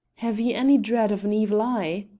have ye any dread of an evil eye?